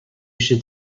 should